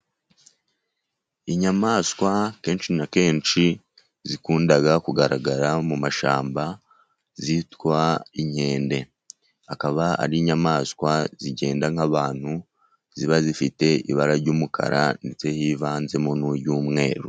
Inyamaswa kenshi na kenshi zikunda kugaragara mu mashyamba zitwa inkende, akaba ari inyamaswa zigenda nk'abantu, ziba zifite ibara ry'umukara, ndetse hivanzemo niry'umweru.